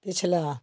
पिछला